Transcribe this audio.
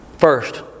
First